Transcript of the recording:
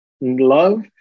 love